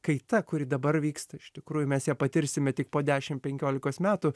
kaita kuri dabar vyksta iš tikrųjų mes ją patirsime tik po dešimt penkiolikos metų